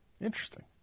Interesting